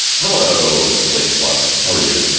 hello, slate, plus, how are you?